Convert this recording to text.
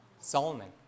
Solomon